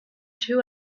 two